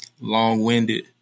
long-winded